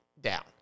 down